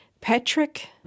Patrick